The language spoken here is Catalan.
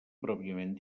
pròpiament